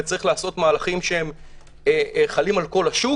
וצריך לעשות מהלכים שחלים על כל השוק.